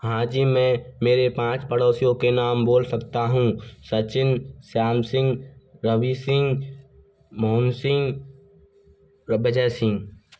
हाँ जी मैं मेरे पाँच पड़ोसियों के नाम बोल सकता हूँ सचिन श्याम सिंह रवि सिंह मोहन सिंह रभजा सिंह